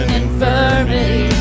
infirmity